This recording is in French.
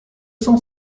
cent